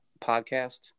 podcast